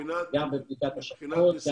גם מול הבנקים,